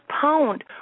pound